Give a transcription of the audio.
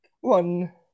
one